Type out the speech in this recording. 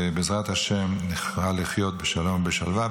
ובעזרת השם נוכל לחיות בשלום ובשלווה.